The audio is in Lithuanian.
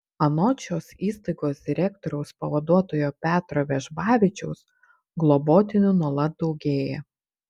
anot šios įstaigos direktoriaus pavaduotojo petro vežbavičiaus globotinių nuolat daugėja